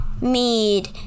Mead